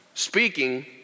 Speaking